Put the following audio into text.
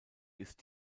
ist